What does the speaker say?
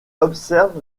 observe